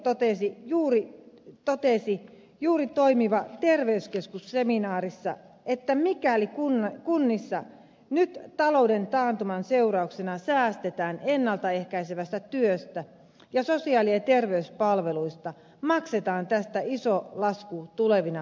ministeri risikko totesi juuri toimiva terveyskeskus seminaarissa että mikäli kunnissa nyt talouden taantuman seurauksena säästetään ennalta ehkäisevästä työstä ja sosiaali ja terveyspalveluista maksetaan tästä iso lasku tulevina vuosina